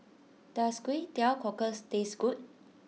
does Kway Teow Cockles taste good